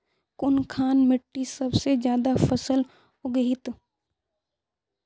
कुनखान मिट्टी सबसे ज्यादा फसल उगहिल?